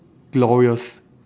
glorious